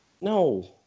No